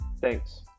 Thanks